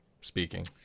speaking